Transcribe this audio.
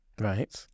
Right